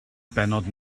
bennod